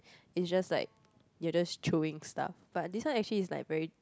it's just like you're just chewing stuff but this one actually is like very